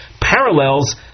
parallels